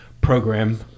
program